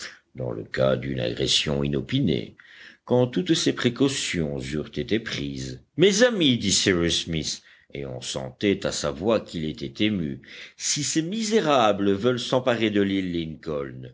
dans le cas d'une agression inopinée quand toutes ces précautions eurent été prises mes amis dit cyrus smith et on sentait à sa voix qu'il était ému si ces misérables veulent s'emparer de l'île lincoln